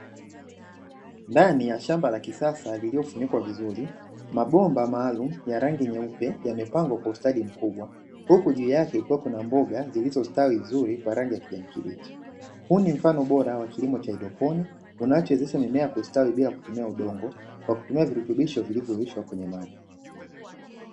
Ndani ya shamba la kisasa lililofunikwa vizuri, mabomba maalumu ya rangi nyeupe yamepangwa kwa ustadi mkubwa, huku juu yake ikiwa kuna mboga zilizostawi vizuri kwa rangi ya kijani kibichi. Huu ni mfano bora wa kilimo cha haidroponi, unaochoezesha mimea kustawi bila ya kutumia udongo, kwa kutumia virutubisho vilivyoyeyushwa kwenye maji.